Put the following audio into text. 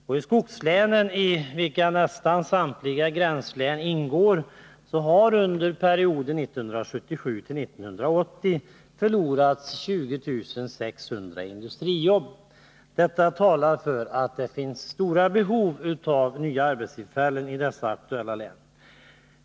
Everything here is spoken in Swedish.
Och skogslänen, i vilka nästan samtliga gränslän ingår, har under perioden 1977-1980 förlorat 20 600 industrijobb. Detta talar för att det finns stora behov av nya arbetstillfällen i de aktuella länen.